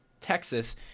Texas